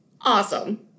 Awesome